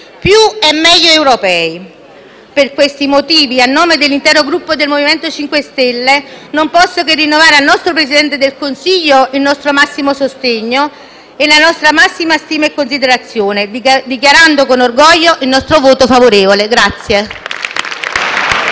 più e meglio europei. Per questi motivi, a nome dell'intero Gruppo MoVimento 5 Stelle, non posso che rinnovare al nostro Presidente del Consiglio il nostro massimo sostegno e la nostra massima stima e considerazione, dichiarando con orgoglio il nostro voto favorevole.